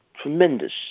tremendous